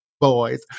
boys